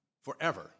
forever